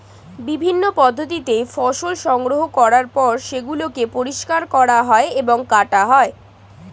বিভিন্ন পদ্ধতিতে ফসল সংগ্রহ করার পর সেগুলোকে পরিষ্কার করা হয় এবং কাটা হয়